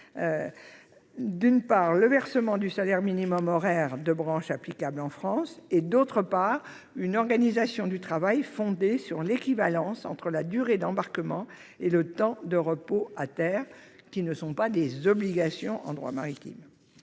d'une part, le versement du salaire minimum horaire de branche applicable en France ; d'autre part, une organisation du travail fondée sur l'équivalence entre la durée d'embarquement et le temps de repos à terre, qui n'est pas une obligation en droit maritime.